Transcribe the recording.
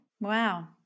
Wow